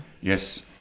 Yes